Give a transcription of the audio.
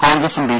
കോൺഗ്രസും ബി